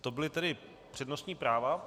To byla tedy přednostní práva.